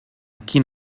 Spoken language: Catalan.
quin